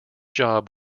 job